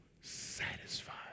satisfied